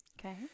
Okay